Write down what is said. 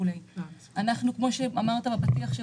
כפי שאמרת בפתיח,